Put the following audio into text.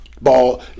ball